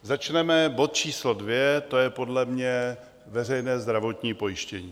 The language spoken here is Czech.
Začneme bod číslo 2, to je podle mě veřejné zdravotní pojištění.